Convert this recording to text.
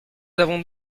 avons